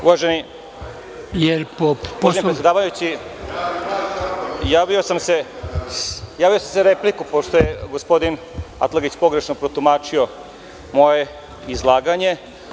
Uvaženi, gospodine predsedavajući, javio sam se za repliku, pošto je gospodin Atlagić pogrešno protumačio moje izlaganje.